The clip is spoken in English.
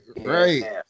Right